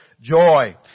joy